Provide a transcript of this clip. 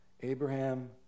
Abraham